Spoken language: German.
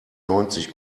neunzig